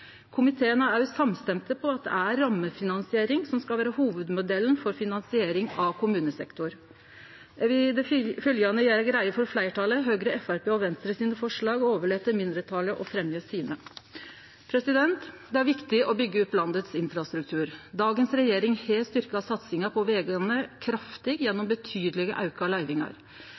Komiteen er òg samstemd om at det er rammefinansiering som skal vere hovudmodellen for finansiering av kommunesektoren. Eg vil i det fylgjande gjere greie for forslaga til fleirtalet, Høgre, Framstegspartiet og Venstre, og overlèt til mindretalet å fremje sine. Det er viktig å byggje opp infrastrukturen i landet. Dagens regjering har styrka satsinga på vegane kraftig gjennom betydeleg auka løyvingar.